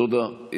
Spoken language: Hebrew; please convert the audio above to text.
תודה.